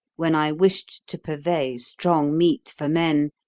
when i wished to purvey strong meat for men,